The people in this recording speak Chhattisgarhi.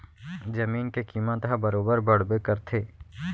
जमीन के कीमत ह बरोबर बड़बे करथे